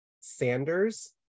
Sanders